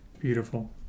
Beautiful